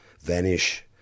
vanish